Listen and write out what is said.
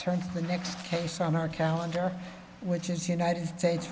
turn to the next case on our calendar which is united states